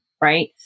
right